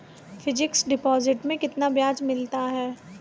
Fix deposit में कितना ब्याज मिलता है?